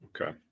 Okay